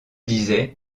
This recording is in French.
disaient